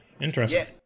Interesting